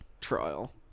trial